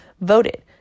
voted